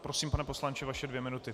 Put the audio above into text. Prosím, pane poslanče, vaše dvě minuty.